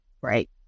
right